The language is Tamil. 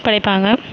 படைப்பாங்க